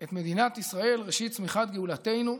את מדינת ישראל, ראשית צמיחת גאולתנו,